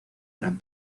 gran